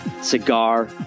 Cigar